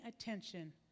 attention